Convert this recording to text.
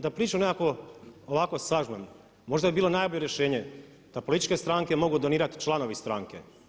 Da priču nekako ovako sažmem možda bi bilo najbolje rješenje da političke stranke mogu donirati članovi stranke.